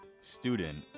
student